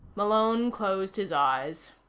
malone closed his eyes.